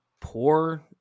poor